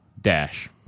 Dash